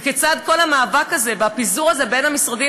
וכיצד כל המאבק הזה בפיזור הזה בין המשרדים